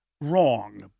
wrong